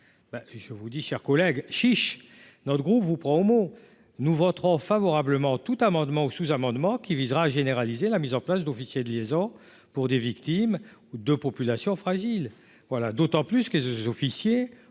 je vous dis, chers collègues, chiche, notre groupe vous prend au mot nous voterons favorablement tout amendement ou sous-amendement qui visera généraliser la mise en place d'officiers de liaison pour des victimes ou de population fragile voilà, d'autant plus que 2 officiers